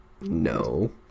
No